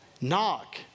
Knock